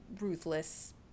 ruthless